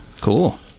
Cool